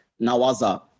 Nawaza